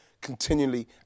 continually